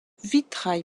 vitrail